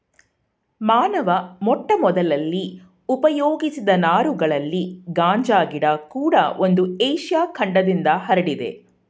ಮಾನವ ಮೊಟ್ಟಮೊದಲಲ್ಲಿ ಉಪಯೋಗಿಸಿದ ನಾರುಗಳಲ್ಲಿ ಗಾಂಜಾ ಗಿಡ ಕೂಡ ಒಂದು ಏಷ್ಯ ಖಂಡದಿಂದ ಹರಡಿದೆ